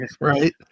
Right